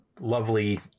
lovely